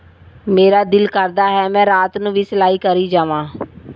ਮੇਰਾ ਦਿਲ ਕਰਦਾ ਹੈ ਮੈਂ ਰਾਤ ਨੂੰ ਵੀ ਸਿਲਾਈ ਕਰੀ ਜਾਵਾਂ